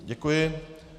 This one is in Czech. Děkuji.